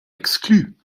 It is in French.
exclus